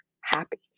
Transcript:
happy